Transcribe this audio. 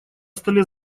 столе